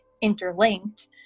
interlinked